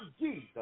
jesus